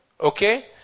Okay